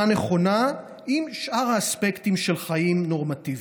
נכונה עם שאר האספקטים של חיים נורמטיביים.